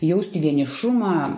jausti vienišumą